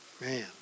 man